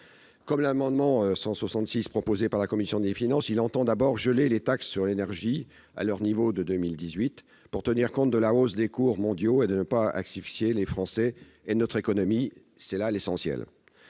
Comme l'amendement n° I-166 proposé par la commission des finances, il vise d'abord à geler les taxes sur l'énergie à leur niveau de 2018 pour tenir compte de la hausse des cours mondiaux et ne pas asphyxier les Français et notre économie. C'est là l'essentiel.